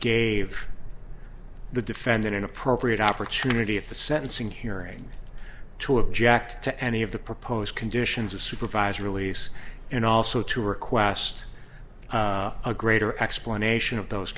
gave the defendant an appropriate opportunity at the sentencing hearing to object to any of the proposed conditions of supervisor release and also to request a greater explanation of those